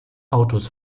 autos